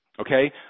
okay